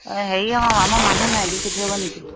অঁ হেৰি আকৌ আমাৰ মানুহ নাই দি পঠিয়াব নেকি